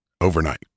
overnight